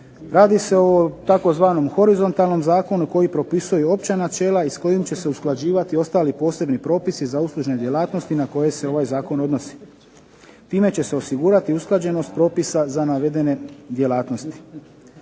Radi se o tzv. horizontalnom zakonu koji propisuje opća načela i s kojim će se usklađivati i ostali posebni propisi za uslužne djelatnosti na koje se ovaj Zakon odnosi. Time će se osigurati usklađenost propisa za navedene djelatnosti.